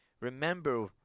Remember